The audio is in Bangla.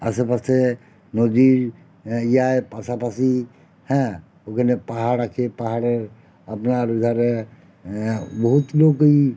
আশেপাশে নদীর ইয়ার পাশাপাশি হ্যাঁ ওখানে পাহাড় আছে পাহাড়ের আপনার ও ধারে বহুত লোকই